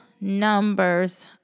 numbers